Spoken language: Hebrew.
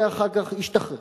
ואחר כך השתחרר,